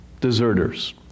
deserters